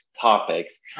topics